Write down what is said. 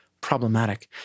problematic